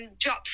jobs